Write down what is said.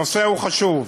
הנושא הוא חשוב.